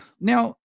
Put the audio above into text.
now